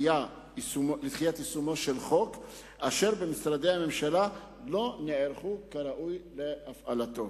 לדחיית יישומו של חוק אשר במשרדי הממשלה לא נערכו כראוי להפעלתו.